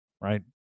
right